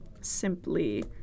simply